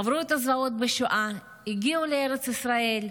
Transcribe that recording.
עברו את הזוועות בשואה, הגיעו לארץ ישראל,